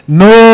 no